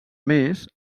més